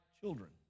children